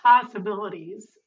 possibilities